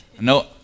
No